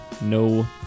No